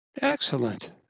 excellent